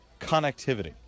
connectivity